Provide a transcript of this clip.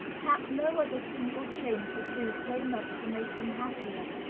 perhaps no other single change would do so much to make them happier,